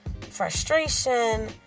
frustration